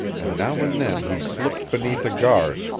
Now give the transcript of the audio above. and now and then he slipped beneath a guard,